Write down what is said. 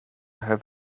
have